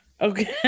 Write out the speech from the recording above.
okay